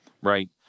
right